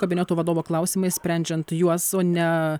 kabineto vadovo klausimai sprendžiant juos o ne